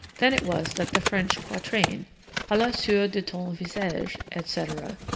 then it was that the french quatrain a la sueur de ton visaige, etc,